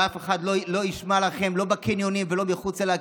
ואף אחד לא ישמע לכם לא בקניונים ולא מחוצה להם,